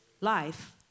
life